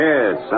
Yes